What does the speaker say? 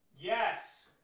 Yes